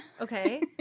Okay